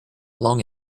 long